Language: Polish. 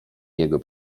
jego